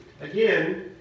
Again